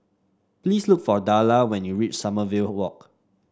please look for Darla when you reach Sommerville Walk